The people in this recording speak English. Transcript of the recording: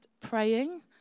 praying